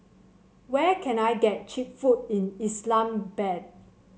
where can I get cheap food in Islamabad